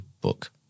book